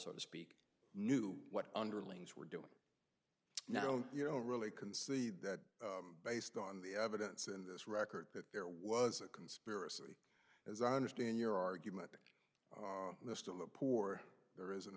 so to speak knew what underlings were known you know really concede that based on the evidence in this record that there was a conspiracy as i understand your argument that there's still a poor there isn't